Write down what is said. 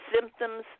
symptoms